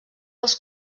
als